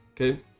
Okay